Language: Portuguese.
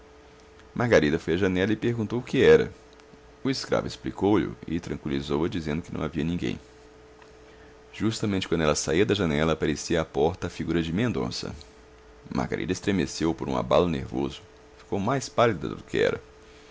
margarida foi à janela e perguntou o que era o escravo explicou lho e tranqüilizou-a dizendo que não havia ninguém justamente quando ela saía da janela aparecia à porta a figura de mendonça margarida estremeceu por um abalo nervoso ficou mais pálida do que era